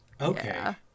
okay